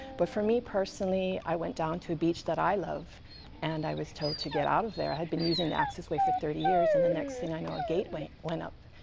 but for me personally, i went down to beach that i love and i was told to get out of there. i had been using the access way for thirty years. and next thing i know, gateway went up.